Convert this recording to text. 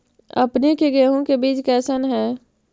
अपने के गेहूं के बीज कैसन है?